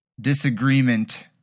disagreement